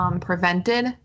prevented